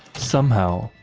somehow,